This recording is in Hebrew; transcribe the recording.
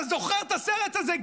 אתה זוכר את הסרט הזה,